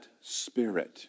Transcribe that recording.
spirit